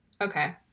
Okay